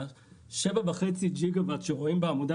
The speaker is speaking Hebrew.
השבעה וחצי ג'יגה וואט שרואים בעמודה